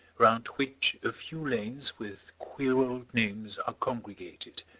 round which a few lanes with queer old names are congregated,